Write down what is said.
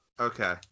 Okay